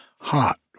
Hot